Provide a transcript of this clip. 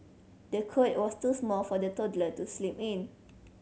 the cot was too small for the toddler to sleep in